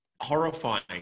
horrifying